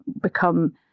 become